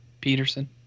Peterson